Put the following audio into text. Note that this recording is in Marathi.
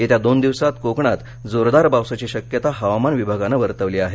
येत्या दोन दिवसांत कोकणात जोरदार पावसाची शक्यता हवामान विभागानं वर्तवली आहे